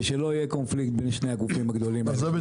ושלא יהיה קונפליקט בין שני הגופים הגדולים האלה,